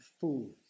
fools